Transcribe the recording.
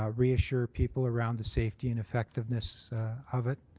um reassure people around the safety and effectiveness of it,